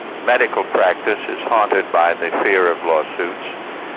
medical practice is haunted by the fear of lawsuits,